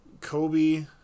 kobe